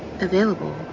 Available